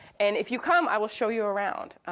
and if you come, i will show you around.